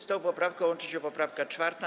Z tą poprawką łączy się poprawka 4.